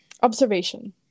observation